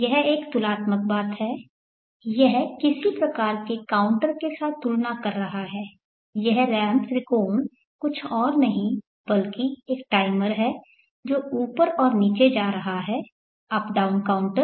यह एक तुलनात्मक बात है यह किसी प्रकार के काउंटर के साथ तुलना कर रहा है यह रैंप त्रिकोण कुछ और नहीं बल्कि एक टाइमर है जो ऊपर और नीचे जा रहा है अप डाउन काउंटर